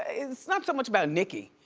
it's not so much about nicki,